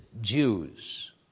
Jews